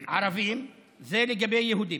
זה לגבי יהודים.